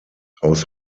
aus